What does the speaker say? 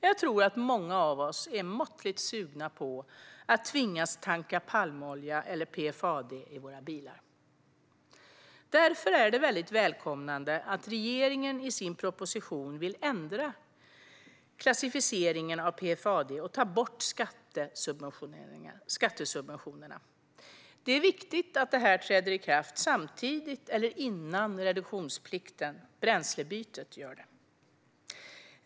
Jag tror att många av oss är måttligt sugna på att tvingas att tanka palmolja eller PFAD i våra bilar. Därför är det väldigt välkommet att regeringen i sin proposition vill ändra klassificeringen av PFAD och ta bort skattesubventionerna. Det är viktigt att detta träder i kraft samtidigt eller innan reduktionsplikten, bränslebytet, gör det.